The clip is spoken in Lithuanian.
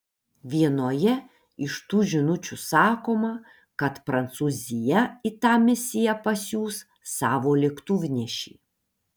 vienoje iš tų žinučių sakoma kad prancūzija į tą misiją pasiųs savo lėktuvnešį